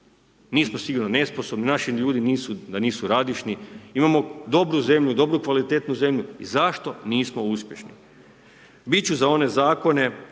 Mi smo sigurno nesposobni, naši ljudi nisu, da nisu radišni, imamo dobru zemlju, dobru kvalitetnu zemlju i zašto nismo uspješni. Biti ću za one zakone,